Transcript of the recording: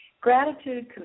gratitude